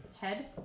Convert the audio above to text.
Head